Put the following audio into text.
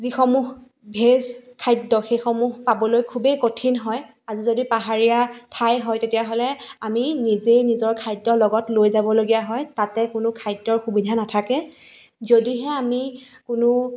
যিসমূহ ভেজ খাদ্য সেইসমূহ পাবলৈ খুবেই কঠিন হয় আজি যদি পাহাৰীয়া ঠাই হয় তেতিয়াহ'লে আমি নিজেই নিজৰ খাদ্য লগত লৈ যাবলগীয়া হয় তাতে কোনো খাদ্যৰ সুবিধা নাথাকে যদিহে আমি কোনো